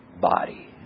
body